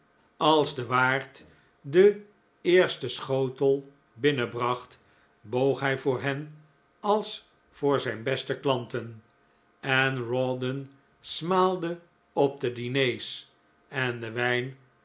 als de waard den eersten schotel binnenbracht boog hij voor hen als voor zijn beste klanten en rawdon smaalde op de diners en den wijn